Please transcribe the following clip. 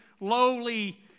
lowly